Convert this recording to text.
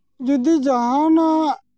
ᱡᱩᱫᱤ ᱡᱟᱦᱟᱱᱟᱜ